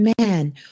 Man